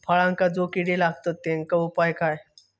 फळांका जो किडे लागतत तेनका उपाय काय?